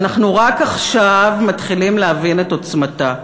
שאנחנו רק עכשיו מתחילים להבין את עוצמתה,